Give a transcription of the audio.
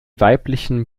weiblichen